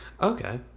okay